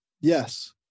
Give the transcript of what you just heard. Yes